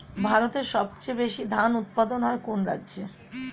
ভারতের সবচেয়ে বেশী ধান উৎপাদন হয় কোন রাজ্যে?